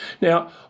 Now